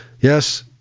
Yes